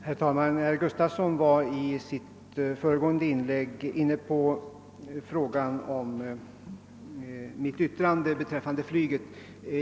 Herr talman! Herr Gustafson i Göteborg tog i sitt föregående inlägg upp mitt yttrande beträffande flyget.